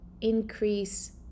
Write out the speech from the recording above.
increase